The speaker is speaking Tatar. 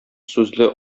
сүзле